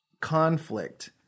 conflict